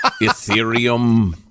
Ethereum